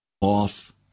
off